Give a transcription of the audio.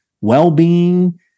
well-being